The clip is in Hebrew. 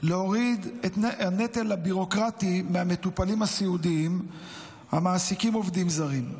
להוריד את הנטל הביורוקרטי מהמטופלים הסיעודיים המעסיקים עובדים זרים,